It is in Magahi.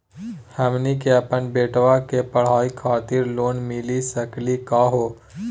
हमनी के अपन बेटवा के पढाई खातीर लोन मिली सकली का हो?